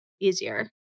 easier